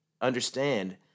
understand